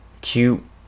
cute